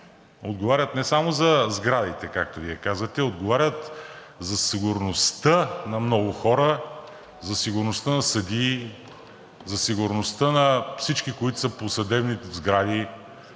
отговарят не само за сградите, както Вие казвате, а отговарят за сигурността на много хора, за сигурността на съдии, за сигурността на всички, които са по съдебните сгради,